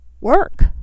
work